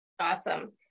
awesome